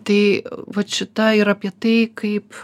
tai vat šita ir apie tai kaip